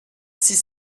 six